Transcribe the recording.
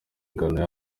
ingano